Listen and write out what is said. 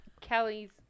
kelly's